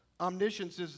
Omniscience